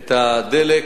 את הדלק